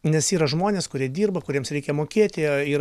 nes yra žmonės kurie dirba kuriems reikia mokėti ir